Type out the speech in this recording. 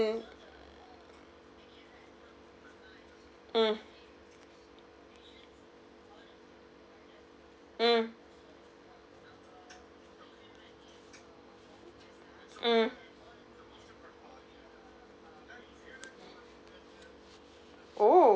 and mm mm mm